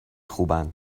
خوبن